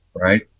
right